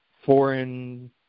foreign